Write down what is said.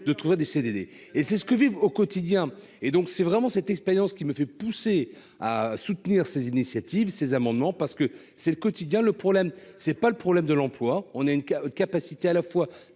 de trouver des CDD et c'est ce que vivent au quotidien et donc c'est vraiment cette expérience qui me fait pousser à soutenir ces initiatives ces amendements parce que c'est le quotidien, le problème c'est pas le problème de l'emploi, on a une capacité à la fois